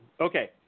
Okay